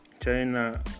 China